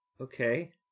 Okay